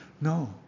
No